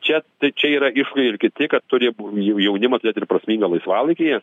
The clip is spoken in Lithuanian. čia tai čia yra iššūkiai ir kiti kad turi jau jaunimas turėt ir prasmingą laisvalaikį